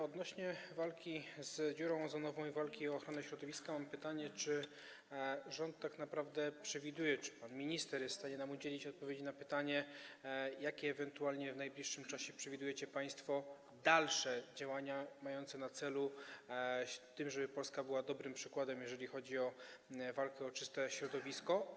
Odnośnie do walki z dziurą ozonową i walki o ochronę środowiska mam pytanie, czy rząd tak naprawdę przewiduje, czy pan minister jest w stanie nam udzielić odpowiedzi na pytanie, jakie ewentualnie w najbliższym czasie przewidujecie państwo dalsze działania mające na celu to, żeby Polska była dobrym przykładem, jeżeli chodzi o walkę o czyste środowisko.